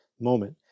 moment